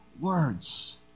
words